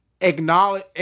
acknowledge